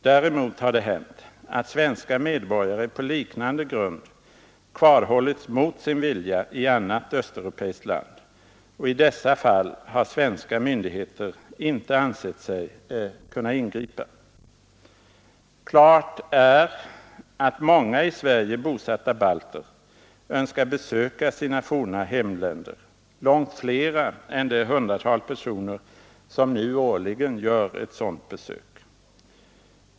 Däremot har det hänt att svenska medborgare på liknande grund kvarhållits mot sin vilja i annat östeuropeiskt land, och i dessa fall har svenska myndigheter inte ansett sig kunna ingripa. Klart är att många i Sverige bosatta balter önskar besöka sina forna hemländer, långt flera än det hundratal personer som nu årligen gör ett sådant besök.